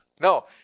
No